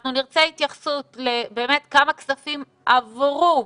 אנחנו נרצה התייחסות כמה כספים עברו,